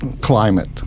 climate